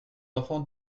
enfants